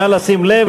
נא לשים לב.